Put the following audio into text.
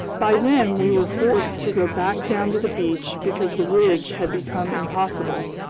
by then we were forced to go back down to the beach because the ridge had become impossible.